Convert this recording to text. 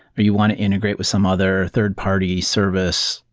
but you want to integrate with some other third-party service?